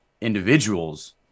individuals